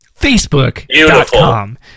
facebook.com